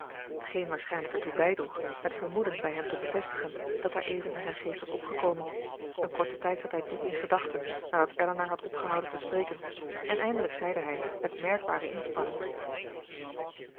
t geen waarschijnlijk ertoe bijdroeg het vermoeden bij hem te bevestigen dat daareven in zijn geest was opgekomen een korten tijd zat hij diep in gedachten nadat elinor had opgehouden te spreken en eindelijk zeide hij met merkbare inspanning